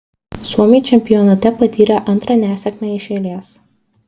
suomiai čempionate patyrė antrą nesėkmę iš eilės